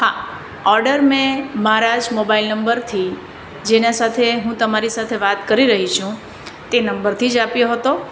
હા ઓડર મેં મારા જ મોબાઈલ નંબરથી જેના સાથે હું તમારી સાથે વાત કરી રહી છું તે નંબરથી જ આપ્યો હતો